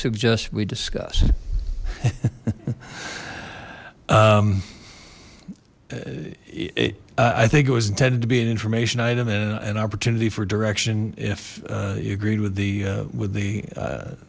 suggest we discuss i think it was intended to be an information item and an opportunity for direction if you agreed with the with the